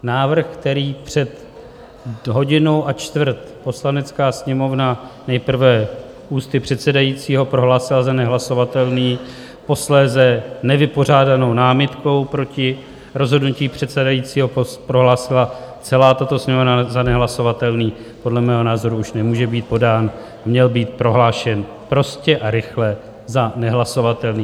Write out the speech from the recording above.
Návrh, který před hodinou a čtvrt Poslanecká sněmovna nejprve ústy předsedajícího prohlásila za nehlasovatelný, posléze nevypořádanou námitkou proti rozhodnutí předsedajícího prohlásila celá tato Sněmovna za nehlasovatelný, podle mého názoru už nemůže být podán, měl být prohlášen prostě a rychle za nehlasovatelný.